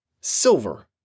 Silver